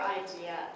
idea